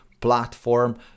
platform